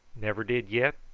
never did yet,